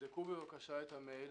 תבדקו בבקשה את המייל